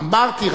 אמרתי.